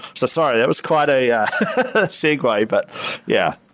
so sorry. that was quite a segue, but yeah.